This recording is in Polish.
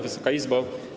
Wysoka Izbo!